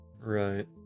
right